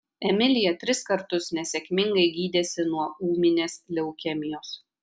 emilija tris kartus nesėkmingai gydėsi nuo ūminės leukemijos